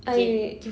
I